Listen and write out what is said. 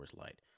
Light